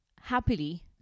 happily